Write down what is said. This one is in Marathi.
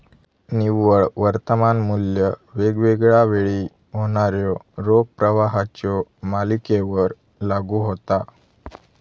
निव्वळ वर्तमान मू्ल्य वेगवेगळा वेळी होणाऱ्यो रोख प्रवाहाच्यो मालिकेवर लागू होता